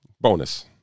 bonus